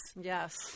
Yes